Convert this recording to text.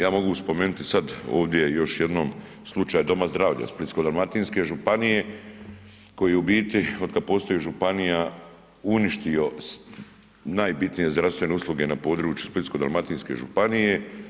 Ja mogu spomenuti sada ovdje još jednom slučaj Doma zdravlja Splitsko-dalmatinske županije koji je u biti od kada postoji županija uništio najbitnije zdravstvene usluge na području Splitsko-dalmatinske županije.